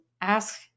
ask